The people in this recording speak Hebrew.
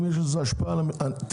האם יש לזה השפעה חבר'ה,